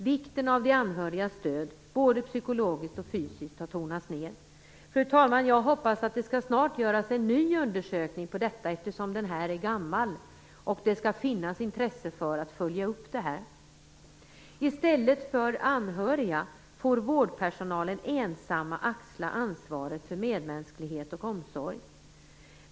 Vikten av de anhörigas stöd både psykologiskt och fysiskt har tonats ned. Fru talman! Jag hoppas att det snart görs en ny undersökning av detta, eftersom den här är gammal och det skall finnas intresse för att följa upp det här. I stället för anhöriga får vårdpersonalen ensam axla ansvaret för medmänsklighet och omsorg.